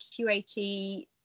qat